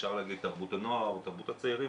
אפשר להגיד תרבות הנוער או תרבות הצעירים,